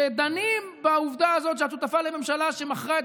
על כך שדנים בעובדה הזאת שאת שותפה לממשלה שמכרה את